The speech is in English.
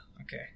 Okay